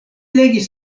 legis